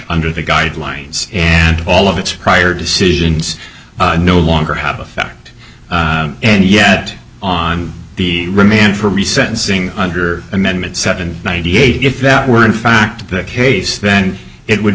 under the guidelines and all of its prior decisions no longer have effect and yet on the remand for the sentencing under amendment seven ninety eight if that were in fact the case then it would